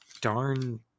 darn